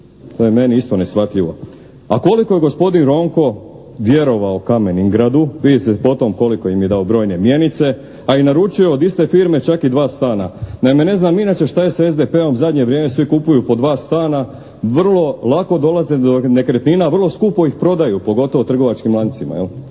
To je meni isto neshvatljivo. A koliko je gospodin Ronko vjerovao «Kamen-Ingradu» vidi se koliko im je dao brojne mjenice, a i naručio od iste firme čak i dva stana. Naime ne znam inače šta je sa SDP-om, zadnje vrijeme svi kupuju po dva stana. Vrlo lako dolaze do nekretnina, vrlo skupo ih prodaju. Pogotovo trgovačkim lancima jel'